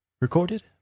Recorded